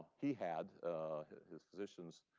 he had his physicians,